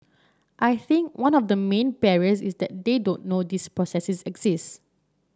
I think one of the main barriers is that they don't know these processes exist